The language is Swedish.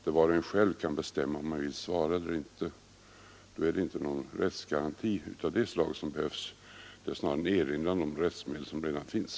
Var och en kan ju själv bestämma om han vill svara eller inte. Då behövs inte någon rättsgaranti av det slag som begärts utan snarare en erinran om de rättsmedel som redan finns.